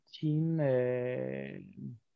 team